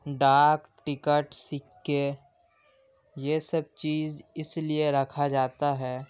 ڈاک ٹکٹ سکے یہ سب چیز اس لیے رکھا جاتا ہے